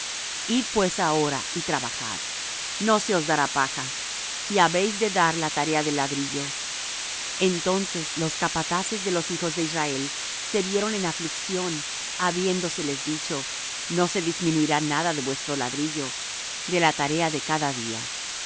id pues ahora y trabajad no se os dará paja y habéis de dar la tarea del ladrillo entonces los capataces de los hijos de israel se vieron en aflicción habiéndoseles dicho no se disminuirá nada de vuestro ladrillo de la tarea de cada día